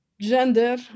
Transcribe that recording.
gender